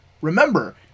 remember